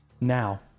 now